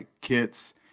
kits